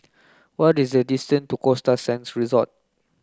what is the distance to Costa Sands Resort